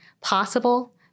possible